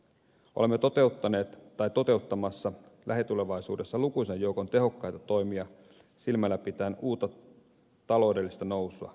olemme toteuttaneet tai toteuttamassa lähitulevaisuudessa lukuisan joukon tehokkaita toimia silmälläpitäen uutta taloudellista nousua